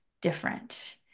different